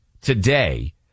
today